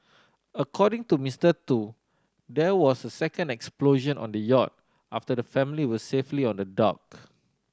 according to Mister Tu there was a second explosion on the yacht after the family were safely on the dock